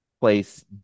place